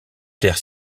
terre